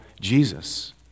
Jesus